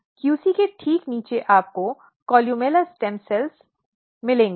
QC के ठीक नीचे आपके कोलुमेला स्टेम सेल होंगे